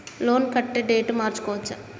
Loan కట్టే date మార్చుకోవచ్చా?